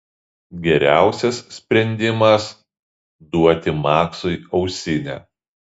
geriausias sprendimas duoti maksui ausinę